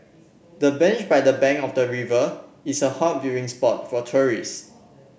the bench by the bank of the river is a hot viewing spot for tourist